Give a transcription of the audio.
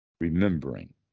Remembering